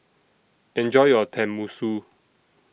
Enjoy your Tenmusu